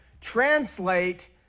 translate